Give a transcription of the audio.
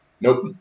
Nope